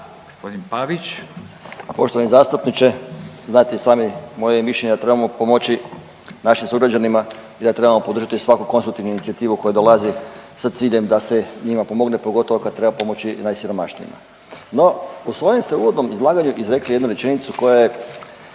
(Socijaldemokrati)** Poštovani zastupniče, znate i sami moje je mišljenje da trebamo pomoći našim sugrađanima i da trebamo podržati svaku konstruktivnu inicijativu koja dolazi sa ciljem da se njima pomogne, pogotovo kad treba pomoći najsiromašnijima. No, u svojem ste uvodnom izlaganju izrekli jednu rečenicu koja je